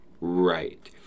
right